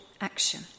action